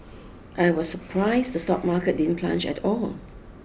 I was surprised the stock market didn't plunge at all